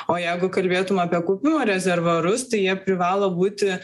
o jeigu kalbėtum apie kaupimo rezervuarus tai jie privalo būti